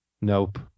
Nope